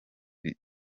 ngo